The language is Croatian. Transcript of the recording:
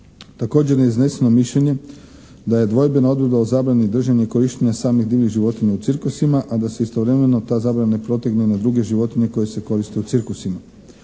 Također je izneseno mišljenje da je dvojbena odredba o zabrani i držanje i korištenja samih divljih životinja u cirkusima, a da se istovremeno ta zabrana ne protegne na druge životinje koje se koriste u cirkusima.